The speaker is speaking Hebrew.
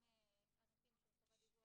גם הנושאים של חובת דיווח,